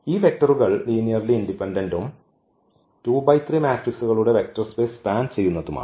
ഈ വെക്റ്ററുകൾ ലീനിയർലി ഇൻഡിപെൻഡന്റും മെട്രിക്സുകളുടെ വെക്റ്റർ സ്പേസ് സ്പാൻ ചെയ്യുന്നതുമാണ്